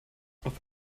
auf